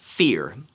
fear